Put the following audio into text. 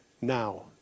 now